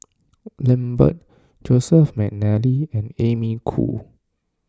Lambert Joseph McNally and Amy Khor